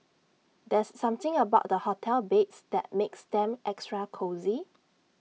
there's something about the hotel beds that makes them extra cosy